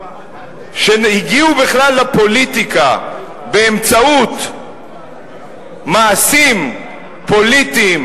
שהגיעו בכלל לפוליטיקה באמצעות מעשים פוליטיים